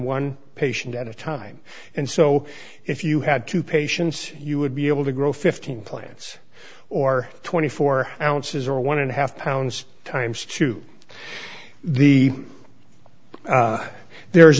one patient at a time and so if you had two patients you would be able to grow fifteen plants or twenty four dollars ounces or one and a half pounds times to the if there is